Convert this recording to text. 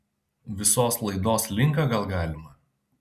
visos laidos linką gal galima